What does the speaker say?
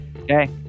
okay